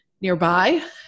nearby